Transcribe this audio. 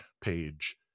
page